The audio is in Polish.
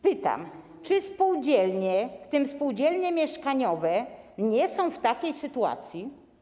Pytam: Czy spółdzielnie, w tym spółdzielnie mieszkaniowe, nie są w takiej sytuacji?